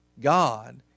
God